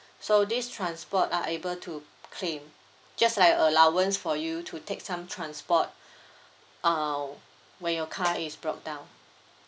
so this transport are able to claim just like allowance for you to take some transport uh when your car is broke down